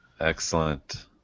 Excellent